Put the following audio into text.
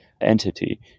entity